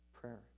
prayer